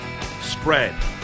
spread